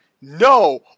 no